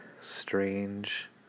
strange